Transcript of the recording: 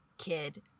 kid